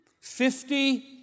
Fifty